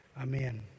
amen